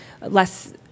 less